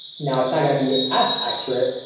now. it's not going to be as accurate.